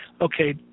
okay